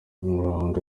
nkuranga